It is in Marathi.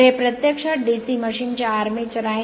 तर हे प्रत्यक्षात DC मशीन चे आर्मेचर आहे